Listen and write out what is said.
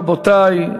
רבותי,